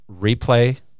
replay